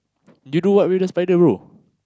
you do what with the spider bro